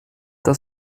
das